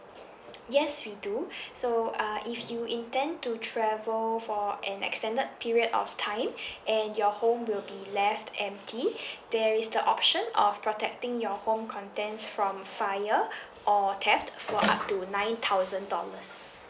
yes we do so uh if you intend to travel for an extended period of time and your home will be left empty there is the option of protecting your home contents from fire or theft for up to nine thousand dollars